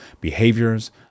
behaviors